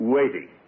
Waiting